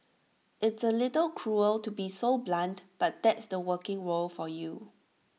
it's A little cruel to be so blunt but that's the working world for you